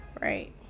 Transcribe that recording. right